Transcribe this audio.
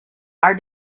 our